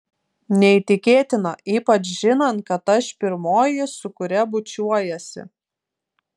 neįtikėtina ypač žinant kad aš pirmoji su kuria bučiuojiesi